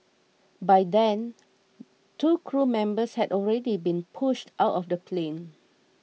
by then two crew members had already been pushed out of the plane